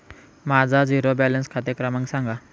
माझा zero balance खाते क्रमांक सांगा